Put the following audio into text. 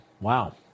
Wow